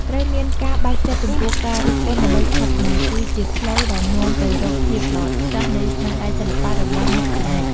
ត្រូវមានការបើកចិត្តចំពោះការរិះគន់ដើម្បីស្ថាបនា គឺជាផ្លូវដែលនាំទៅរកភាពល្អឥតខ្ចោះនៃស្នាដៃសិល្បៈរបស់អ្នកជានិច្ច។